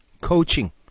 coaching